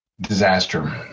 disaster